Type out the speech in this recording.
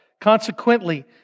Consequently